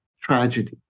tragedy